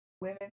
Women